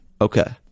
Okay